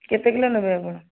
କେତେ କିଲୋ ନେବେ ଆପଣ